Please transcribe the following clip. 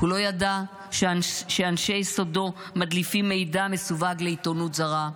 הוא לא ידע שאנשי סודו מדליפים מידע מסווג לעיתונות זרה,